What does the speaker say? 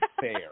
fair